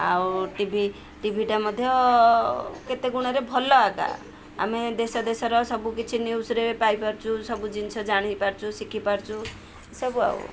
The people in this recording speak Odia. ଆଉ ଟି ଭି ଟିଭିଟା ମଧ୍ୟ କେତେ ଗୁଣରେ ଭଲ ଆଗା ଆମେ ଦେଶ ଦେଶର ସବୁକିଛି ନ୍ୟୁଜ୍ରେ ପାଇପାରୁଛୁ ସବୁ ଜିନିଷ ଜାଣିପାରୁଛୁ ଶିଖିପାରୁଛୁ ସବୁ ଆଉ